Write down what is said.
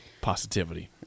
positivity